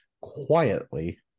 quietly